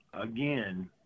again